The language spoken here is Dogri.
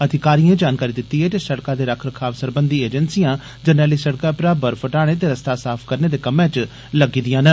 अधिकारिएं जानकारी दिती ऐ जे सड़कै दे रखरखाव सरबंधी एजंसियां जरनैली सड़कै परा बर्फ हटाने ते रस्ता साफ करने दे कम्मै च लग्गी दियां न